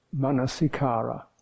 manasikara